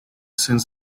since